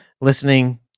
listening